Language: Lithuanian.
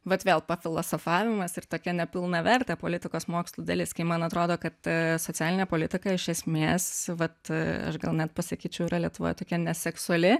vat vėl pafilosofavimas ir tokia nepilnavertė politikos mokslų dalis kai man atrodo kad socialinė politika iš esmės vat aš gal net pasakyčiau yra lietuvoj tokia seksuali